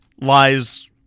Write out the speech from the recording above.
lies